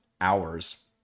hours